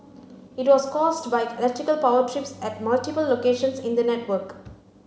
it was caused by electrical power trips at multiple locations in the network